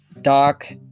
Doc